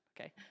Okay